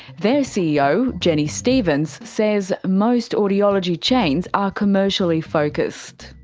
their ceo jenny stevens says most audiology chains are commercially focused.